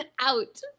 out